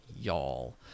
y'all